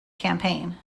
campaign